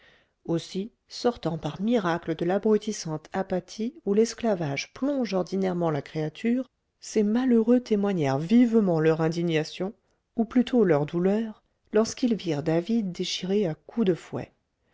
aussi sortant par miracle de l'abrutissante apathie où l'esclavage plonge ordinairement la créature ces malheureux témoignèrent vivement leur indignation ou plutôt de leur douleur lorsqu'ils virent david déchiré à coups de fouet